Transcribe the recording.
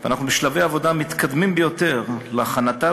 ואנחנו בשלבי עבודה מתקדמים ביותר להכנתה